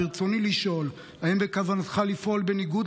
ברצוני לשאול: האם בכוונתך לפעול בניגוד